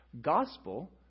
Gospel